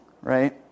right